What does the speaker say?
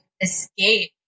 escape